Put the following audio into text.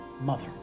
mother